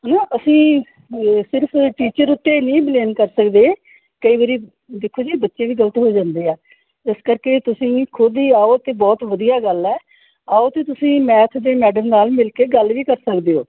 ਜੀ ਹਾਂ ਅਸੀਂ ਸਿਰਫ ਟੀਚਰ ਉੱਤੇ ਨਹੀਂ ਬਲੇਮ ਕਰ ਸਕਦੇ ਕਈ ਵਾਰੀ ਦੇਖੋ ਜੀ ਬੱਚੇ ਵੀ ਗਲਤ ਹੋ ਜਾਂਦੇ ਆ ਇਸ ਕਰਕੇ ਤੁਸੀਂ ਖੁਦ ਹੀ ਆਓ ਅਤੇ ਬਹੁਤ ਵਧੀਆ ਗੱਲ ਹੈ ਆਓ ਅਤੇ ਤੁਸੀਂ ਮੈਥ ਦੇ ਮੈਡਮ ਨਾਲ ਮਿਲ ਕੇ ਗੱਲ ਵੀ ਕਰ ਸਕਦੇ ਹੋ